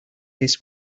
this